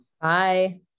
Bye